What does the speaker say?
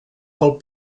pel